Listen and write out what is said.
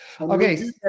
Okay